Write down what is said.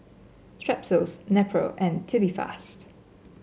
Strepsils Nepro and Tubifast